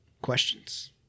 questions